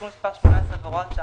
2,